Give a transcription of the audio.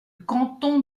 canton